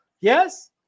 Yes